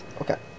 Okay